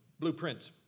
blueprint